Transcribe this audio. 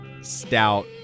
stout